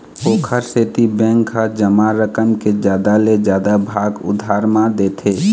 ओखर सेती बेंक ह जमा रकम के जादा ले जादा भाग उधार म देथे